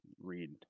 read